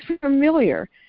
familiar